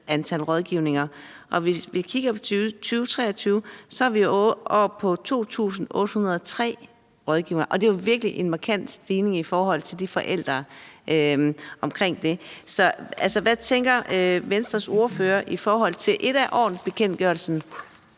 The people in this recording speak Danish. antal rådgivninger, og hvis vi kigger på 2023, er vi oppe på 2.803 rådgivninger, og det er jo virkelig en markant stigning omkring det. Så hvad tænker Venstres ordfører i forhold til det? Ét er ordensbekendtgørelsen,